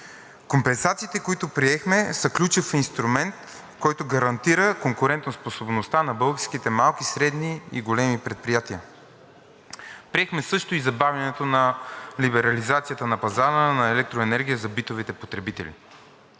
Компенсациите, които приехме, са ключов инструмент, който гарантира конкурентоспособността на българските малки, средни и големи предприятия. Приехме също и забавянето на либерализацията на пазара на електроенергия за битовите потребители.